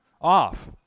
off